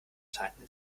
tanken